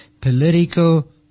Political